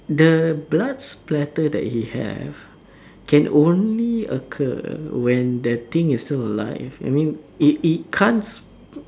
the blood splatter that he have can only occur when that thing is still alive I mean it it can't